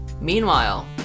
Meanwhile